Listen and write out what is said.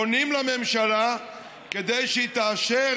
פונים לממשלה כדי שהיא תאשר